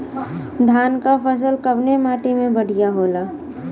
धान क फसल कवने माटी में बढ़ियां होला?